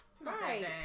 Right